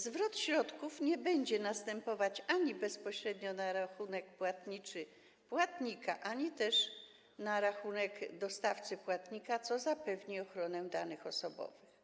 Zwrot środków nie będzie następować ani bezpośrednio na rachunek płatniczy płatnika, ani też na rachunek dostawcy płatnika, co zapewni ochronę danych osobowych.